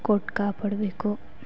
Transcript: ಕೊಟ್ಟು ಕಾಪಾಡಬೇಕು